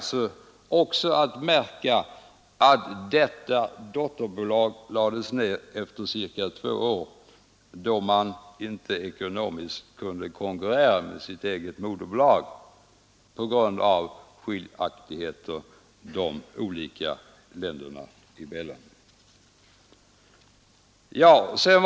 Det är också att märka att detta dotterbolag lades ned efter ca två år, då det inte ekonomiskt kunde konkurrera med sitt eget moderbolag på grund av skiljaktigheter i bestämmelserna de båda länderna emellan.